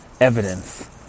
evidence